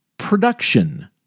production